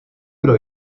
kdo